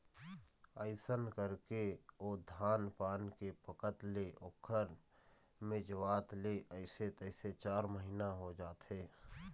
अइसन करके ओ धान पान के पकत ले ओखर मिंजवात ले अइसे तइसे चार महिना हो जाथे